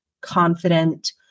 confident